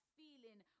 feeling